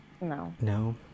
No